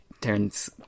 turns